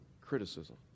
criticism